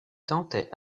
tentait